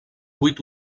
vuit